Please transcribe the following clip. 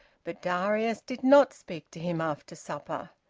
but darius did not speak to him after supper.